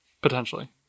Potentially